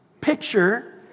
picture